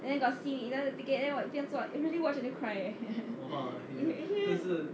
then got see either ticket then 我一边坐 eh really watch until cry eh